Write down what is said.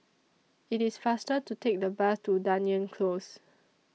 IT IS faster to Take The Bus to Dunearn Close